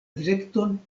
direkton